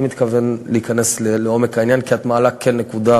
אני מתכוון להיכנס לעומק העניין כי את כן מעלה נקודה,